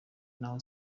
naho